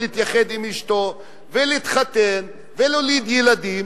להתייחד עם אשתו ולהתחתן ולהוליד ילדים,